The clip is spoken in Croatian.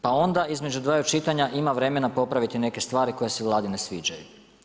Pa onda između dvaju čitanja ima vremena popraviti neke stvari koje se Vladi ne sviđaju.